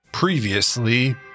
Previously